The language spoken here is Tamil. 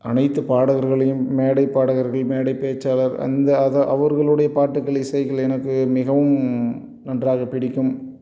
அனைத்து பாடகர்களையும் மேடை பாடகர்கள் மேடை பேச்சாளர் அந்த அது அவர்களுடைய பாட்டுகள் இசைகள் எனக்கு மிகவும் நன்றாக பிடிக்கும்